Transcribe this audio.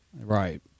Right